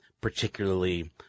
particularly